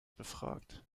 befragt